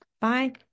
Bye